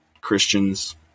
Christians